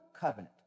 covenant